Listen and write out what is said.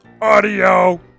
AUDIO